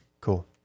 Cool